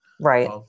Right